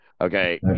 Okay